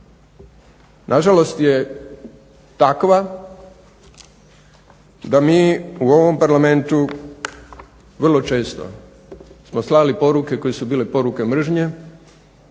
na žalost je takva da mi u ovom Parlamentu vrlo često smo slali poruke koje su bile poruke mržnje,